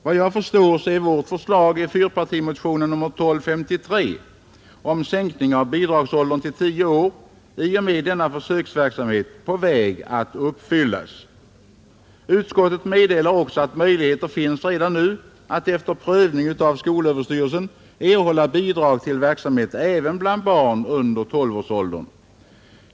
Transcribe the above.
Vad jag förstår så är vårt förslag i fyrpartimotionen nr 1253 om sänkning av bidragsåldern till tio år i och med denna försöksverksamhet på väg att uppfyllas. Utskottet meddelar också att möjligheter finns redan nu att efter prövning av skolöverstyrelsen erhålla bidrag till verksamhet även bland barn under tolvårsåldern.